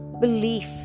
belief